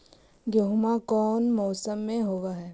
गेहूमा कौन मौसम में होब है?